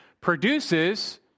produces